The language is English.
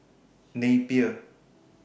Napier